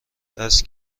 است